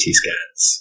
scans